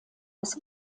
des